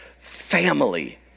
family